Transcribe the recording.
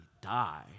die